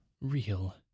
Real